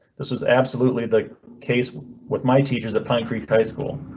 this is absolutely the case with my teachers at pine creek high school.